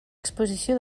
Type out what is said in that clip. exposició